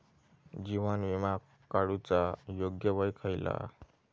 जीवन विमा काडूचा योग्य वय खयला?